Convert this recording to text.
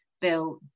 bill